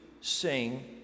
sing